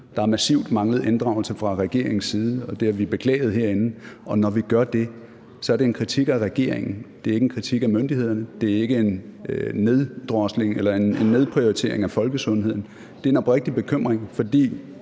Der har massivt manglet inddragelse fra regeringens side, og det har vi beklaget herinde, og når vi gør det, er det en kritik af regeringen. Det er ikke en kritik af myndighederne, det er ikke en neddrosling eller en nedprioritering af folkesundheden, men det er en oprigtig bekymring, fordi